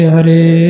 Hare